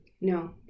No